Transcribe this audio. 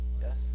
Yes